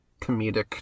comedic